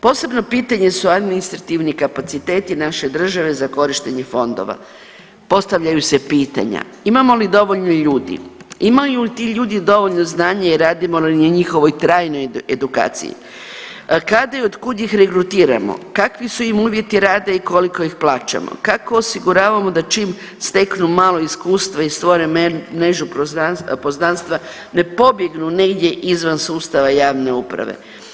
Posebno pitanje su administrativni kapaciteti naše države za korištenje fondova, postavljaju se pitanja imamo li dovoljno ljudi, imaju li ti ljudi dovoljno znanja i radimo li na njihovoj trajnoj edukaciji, kada i od kud ih regrutiramo, kakvi su im uvjeti rada i koliko ih plaćamo, kako osiguravamo da čim steknu malo iskustva i stvore mrežu poznanstva ne pobjegnu negdje izvan sustava javne uprave?